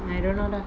I don't know lah